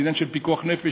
זה עניין של פיקוח נפש.